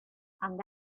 and